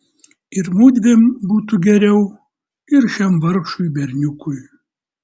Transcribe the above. ir mudviem būtų geriau ir šiam vargšui berniukui